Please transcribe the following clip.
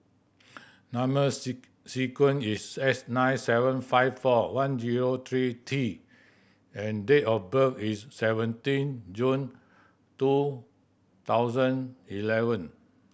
number sequence is S nine seven five four one zero three T and date of birth is seventeen June two thousand eleven